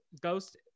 Ghost